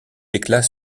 éclats